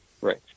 Right